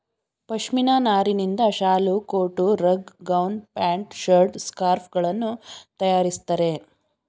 ಪಶ್ಮಿನ ನಾರಿನಿಂದ ಶಾಲು, coat, rug, gown, pant, shirt, scarf ಗಳನ್ನು ತರಯಾರಿಸ್ತರೆ